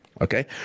Okay